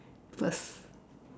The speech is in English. first